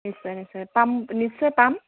নিশ্চয় নিশ্চয় পাম নিশ্চয় পাম